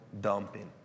dumping